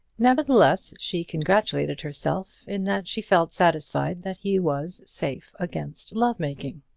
nevertheless, she congratulated herself in that she felt satisfied that he was safe against love-making!